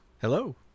Hello